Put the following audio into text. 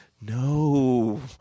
no